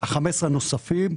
אושרו 15 המיליון הנוספים.